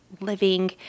living